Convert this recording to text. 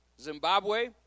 Zimbabwe